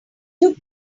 took